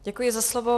Děkuji za slovo.